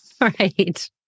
Right